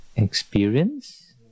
Experience